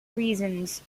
reasons